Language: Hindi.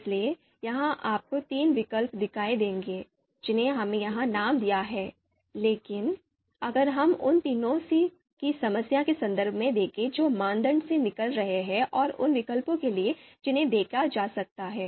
इसलिए यहां आपको तीन विकल्प दिखाई देंगे जिन्हें हमने यहां नाम दिया है लेकिन अगर हम उन तीरों की संख्या के संदर्भ में देखें जो मानदंड से निकल रहे हैं और उन विकल्पों के लिए जिन्हें देखा जा सकता है